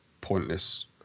pointless